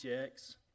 checks